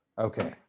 Okay